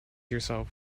yourself